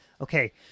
Okay